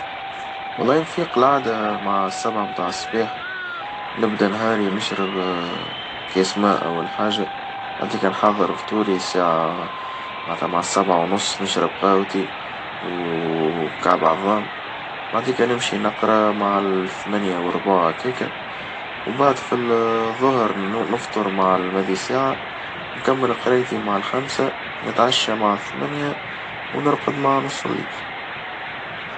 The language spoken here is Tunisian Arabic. والله إن فيه قلادة مع السبعة متاع الصباح، نبدأ نهاري نشرب كاس ماء أول حاجة، بعديكا نحظرفطوري ساعة معنتها مع السبعة ونص نشرب قهوتي وكعب عظام، بعديكا نمشي نقرا مع الثمانية والربع هكيكا، ومن وبعد في الظهر نفطر مع المذي ساعة نكمل قرايتي مع الخمسة نتعشى مع الثمانية ونرقد مع نص الليل.